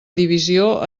divisió